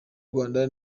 rwanda